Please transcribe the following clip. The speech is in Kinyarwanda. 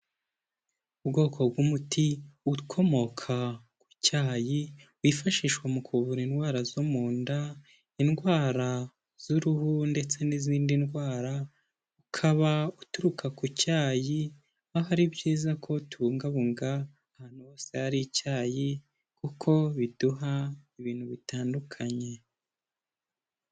Ubwoko bw'umuti ukomoka ku cyayi, wifashishwa mu kuvura indwara zo mu nda, indwara z'uruhu ndetse n'izindi ndwara, ukaba uturuka ku cyayi, aha ari byiza ko tubungabunga ahantu hose hari icyayi kuko biduha ibintu bitandukanye.